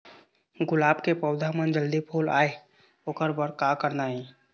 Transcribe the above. गुलाब के पौधा म जल्दी फूल आय ओकर बर का करना ये?